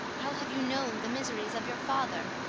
how have you known the miseries of your father?